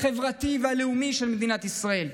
החברתי והלאומי של מדינת ישראל.